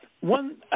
one